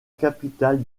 capitale